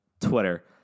Twitter